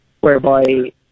whereby